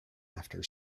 after